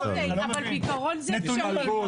אוקי, אבל בעיקרון זה אפשרי.